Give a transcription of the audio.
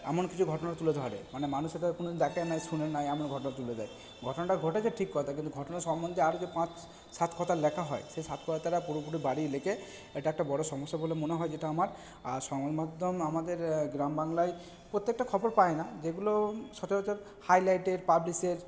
এমন কিছু ঘটনা তুলে ধরে মানে মানুষ সেটা কোনোদিন দেখেও নাই শুনেও নাই এমন ঘটনা তুলে দেয় ঘটনাটা ঘটেছে ঠিক কথা কিন্তু ঘটনার সম্বন্ধে আরও যে পাঁচ সাত কথা লেখা হয় সেই সাত কথাটা পুরোপুরি বাড়িয়ে লেখে এটা একটা বড় সমস্যা বলে মনে হয় যেটা আমার আর সমাজমাধ্যম আমাদের গ্রাম বাংলায় প্রত্যেকটা খবর পায় না যেগুলো সচরাচর হাইলাইটের পাবলিশের